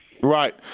Right